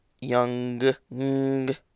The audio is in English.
Young